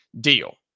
deal